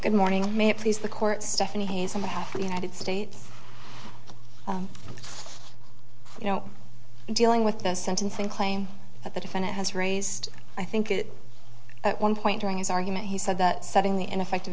the united states you know dealing with the sentencing claim that the defendant has raised i think it at one point during his argument he said that setting the ineffective